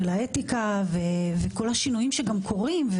של האתיקה וכל השינויים שגם קורים,